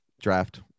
Draft